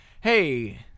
Hey